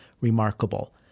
Remarkable